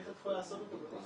איך את יכולה לעשות אותו באופן